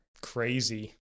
Crazy